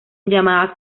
llamadas